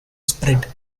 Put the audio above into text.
spread